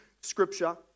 scripture